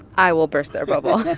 i will burst their bubble